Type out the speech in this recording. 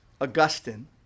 Augustine